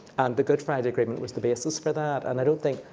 and the good friday agreement was the basis for that. and i don't think,